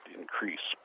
increase